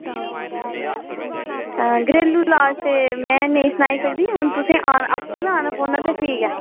घरेलु लाज़ ते में नेईं सुनाई सकदी ते तुसें आपूं गै आना पौना ते भी गै